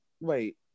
wait